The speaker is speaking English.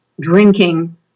drinking